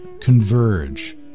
...converge